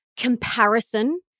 comparison